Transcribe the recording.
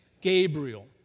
Gabriel